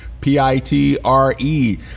P-I-T-R-E